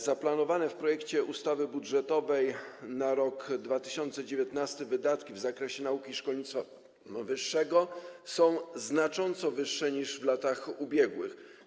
Zaplanowane w projekcie ustawy budżetowej na rok 2019 wydatki w zakresie nauki i szkolnictwa wyższego są znacząco wyższe niż w latach ubiegłych.